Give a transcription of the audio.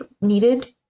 needed